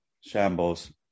shambles